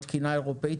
התקינה האירופאית,